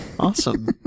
Awesome